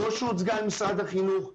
לא שהוצגה ממשרד החינוך.